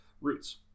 roots